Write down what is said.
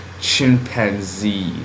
chimpanzee